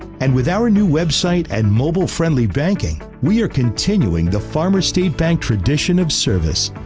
and with our new website and mobile friendly banking, we are continuing the farmer state bank tradition of service.